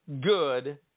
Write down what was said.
good